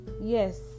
yes